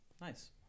Nice